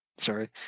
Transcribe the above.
Sorry